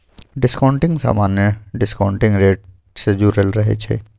discounting समान्य discounting rate से जुरल रहै छइ